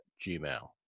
Gmail